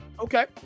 Okay